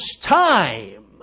time